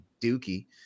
dookie